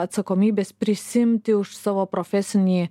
atsakomybės prisiimti už savo profesinį